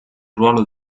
ruolo